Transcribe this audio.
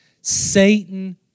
Satan